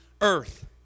earth